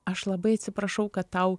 aš labai atsiprašau kad tau